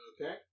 Okay